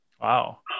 Wow